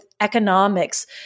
economics